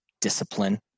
discipline